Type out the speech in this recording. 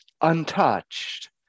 untouched